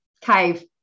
cave